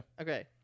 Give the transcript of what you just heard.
Okay